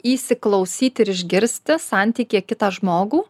įsiklausyt ir išgirsti santyky kitą žmogų